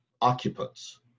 occupants